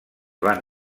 van